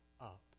up